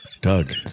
Doug